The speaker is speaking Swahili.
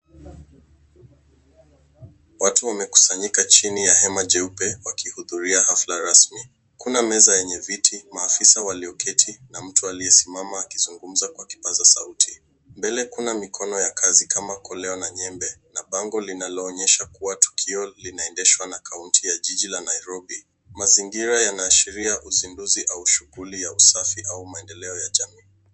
Watu wamekusanyika chini ya hema jeupe, wakihudhuria hafla rasmi. Kuna meza yenye viti, maafisa walioketi na mtu aliyesimama akizungumza kwa kipaza sauti. Mbele kuna mikono ya kazi kama koleo na nyembe na bango linaloonyesha kuwa tukio linaendeshwa na kaunti ya jiji la Nairobi. Mazingira yanaashiria usinduzi au shughuli ya usafi au maendeleo ya jamii.